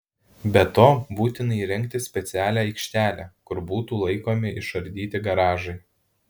be to būtina įrengti specialią aikštelę kur būtų laikomi išardyti garažai